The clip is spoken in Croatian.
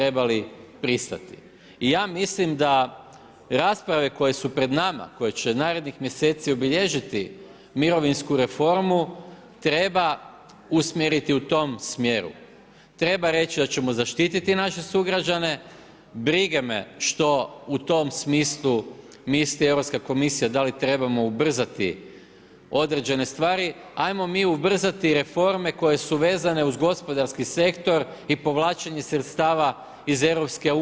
I ja mislim da rasprave koje su pred nama koje će narednih mjeseci obilježiti mirovinsku reformu treba usmjeriti u tom smjeru, treba reći da ćemo zaštititi naše sugrađane, briga me što u tom smislu misli Europska komisija da li trebamo ubrzati određene stvari, ajmo mi ubrzati reforme koje su vezane uz gospodarski sektor i povlačenje sredstava iz EU.